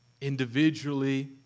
individually